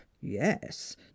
yes